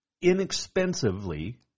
inexpensively